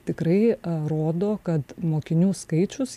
tikrai rodo kad mokinių skaičius